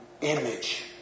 image